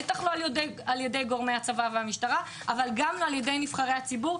בטח לא על ידי גורמי הצבא והמשטרה אבל גם לא על ידי נבחרי הציבור,